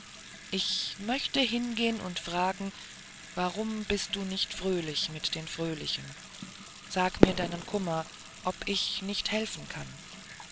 ich möchte hingehen und fragen warum bist du nicht fröhlich mit den fröhlichen sage mir deinen kummer ob ich nicht helfen kann